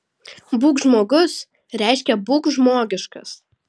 būk žmogus reiškia būk žmogiškas